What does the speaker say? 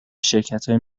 شرکتهایی